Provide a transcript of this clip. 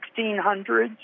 1600s